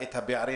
בבקשה.